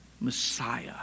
Messiah